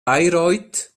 bayreuth